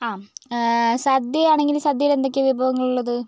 ആ സദ്യ ആണെങ്കിൽ സദ്യയിൽ എന്തൊക്കെയാണ് വിഭവങ്ങൾ ഉള്ളത്